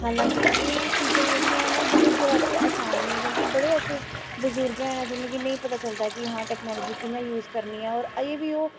हालांकि एह् चीजां जेह्ड़ियां न बजुर्गें बास्तै असान नेईं क्योंकि बड़े ऐसे बजुर्ग हैन कि जि'नेंगी नेईं पता चलदा ऐ कि हां टैकनोलजी कि'यां यूज करनी ऐ होर अजें बी ओह्